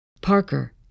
Parker